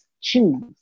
choose